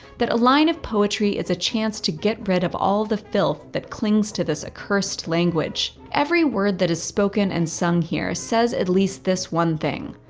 that a line of poetry is a chance to get rid of all the filth that clings to this accursed language. every word that is spoken and sung here says at least this one thing,